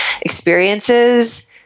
experiences